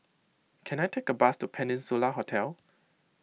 can I take a bus to Peninsula Hotel